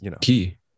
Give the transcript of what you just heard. key